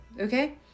okay